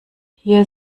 hier